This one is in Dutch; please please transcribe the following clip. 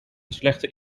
slechte